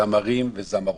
זמרים וזמרות.